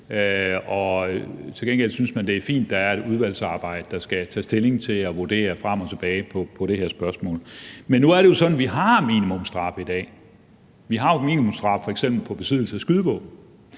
Til gengæld synes man, det er fint, at der er et udvalgsarbejde, der skal tage stilling og vurdere frem og tilbage på det her spørgsmål. Men nu er det jo sådan, at vi har minimumsstraffe i dag. Vi har jo f.eks. minimumsstraffe med hensyn til besiddelse af skydevåben.